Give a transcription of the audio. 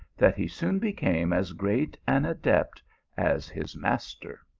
that he soon became as great an adept as his master.